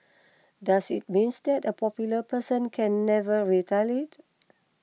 does it means that a popular person can never retaliate